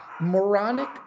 moronic